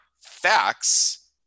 facts